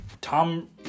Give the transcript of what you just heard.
Tom